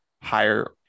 higher